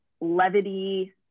levity